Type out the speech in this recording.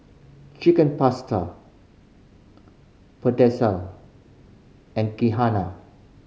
Chicken Pasta Pretzel and Kheema